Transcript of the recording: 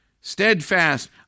Steadfast